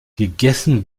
gegessen